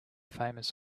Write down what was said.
famous